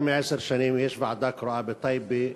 יותר מעשר שנים יש ועדה קרואה בטייבה.